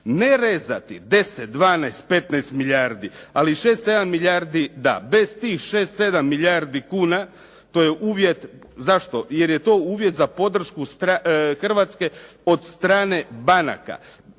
Ne rezati 10, 12, 15 milijardi ali šest, sedam milijardi da. Bez tih šest, sedam milijardi kuna to je uvjet zašto? Jer je to uvjet za podršku Hrvatske od strane banaka.